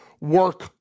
work